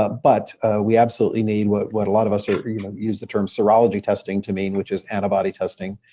ah but we absolutely need what what a lot of us ah you know use the term serology testing to mean, which is antibody testing.